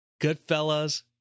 Goodfellas